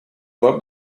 love